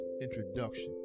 introduction